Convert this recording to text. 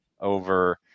over